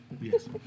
Yes